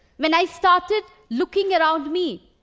when i started looking around me,